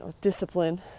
discipline